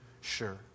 sure